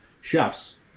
chefs